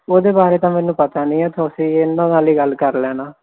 ਉਹਦੇ ਬਾਰੇ ਤਾਂ ਮੈਨੂੰ ਪਤਾ ਨਹੀਂ ਤੁਸੀਂ ਇਹਨਾਂ ਨਾਲ ਹੀ ਗੱਲ ਕਰ ਲੈਣਾ